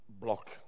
block